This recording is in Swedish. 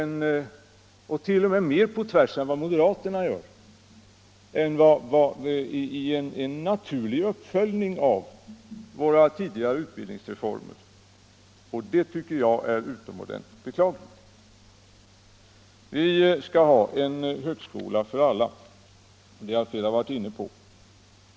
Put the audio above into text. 0. m. mer på tvärs än moderaterna gör — mot en naturlig uppföljning av våra tidigare utbildningsreformer. Det tycker jag är utomordentligt beklagligt. Vi skall ha en högskola för alla — det har flera talare varit inne på i dag.